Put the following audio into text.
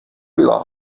byla